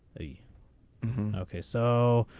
the okay so.